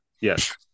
Yes